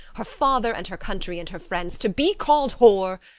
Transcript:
her father, and her country, and her friends, to be call'd whore?